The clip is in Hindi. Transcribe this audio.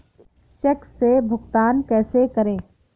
चेक से भुगतान कैसे करें?